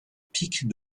pics